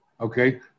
Okay